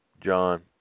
John